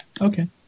okay